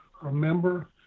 remember